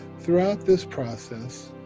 throughout this process,